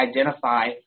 identify